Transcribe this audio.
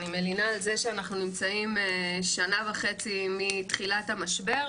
אני מלינה על זה שאנחנו נמצאים שנה וחצי מתחילת המשבר,